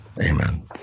Amen